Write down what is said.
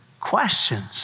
questions